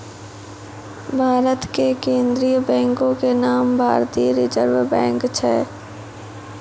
भारत के केन्द्रीय बैंको के नाम भारतीय रिजर्व बैंक छै